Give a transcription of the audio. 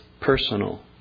personal